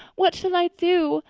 what shall i do?